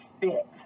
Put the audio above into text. fit